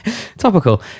topical